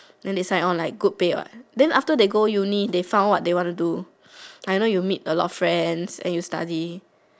then they sign on like good pay what then after they go uni they found what to do I know you meet a lot friends you study